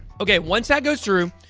okay, once that goes through,